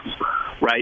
right